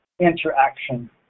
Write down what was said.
interaction